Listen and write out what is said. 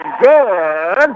Good